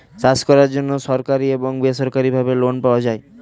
চাষ করার জন্য সরকারি এবং বেসরকারিভাবে লোন পাওয়া যায়